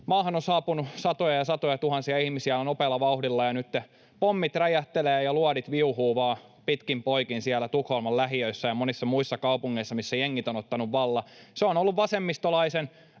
maahan on saapunut satoja ja satoja tuhansia ihmisiä nopealla vauhdilla, ja nytten pommit räjähtelevät ja luodit viuhuvat vaan pitkin poikin siellä Tukholman lähiöissä ja monissa muissa kaupungeissa, missä jengit ovat ottaneet vallan. Se on ollut vasemmistolaisen,